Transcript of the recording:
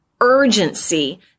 urgency